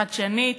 חדשנית,